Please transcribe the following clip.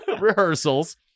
Rehearsals